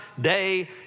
day